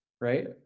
right